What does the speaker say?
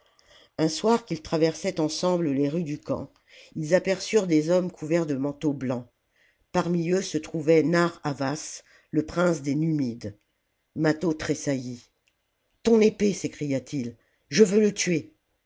un soir qu'ils traversaient ensemble les rues du camp ils aperçurent des hommes couverts de manteaux blancs parmi eux se trouvait narr'havas le prince des numides mâtho tressaillit ton épée s'écria-t-il je veux le tuer